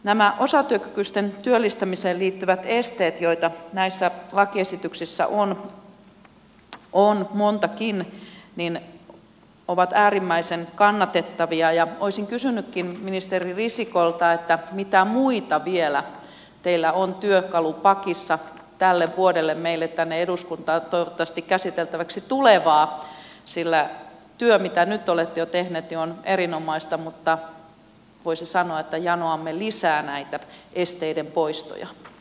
näiden osatyökykyisten työllistämiseen liittyvien esteiden poisto joita näissä lakiesityksissä on montakin on äärimmäisen kannatettava asia ja olisinkin kysynyt ministeri risikolta mitä muita teillä vielä on työkalupakissa tälle vuodelle meille tänne eduskuntaan toivottavasti käsiteltäväksi tulevaa sillä työ mitä nyt olette jo tehnyt on erinomaista mutta voisi sanoa että janoamme lisää näitä esteiden poistoja